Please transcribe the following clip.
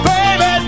Baby